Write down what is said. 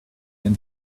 and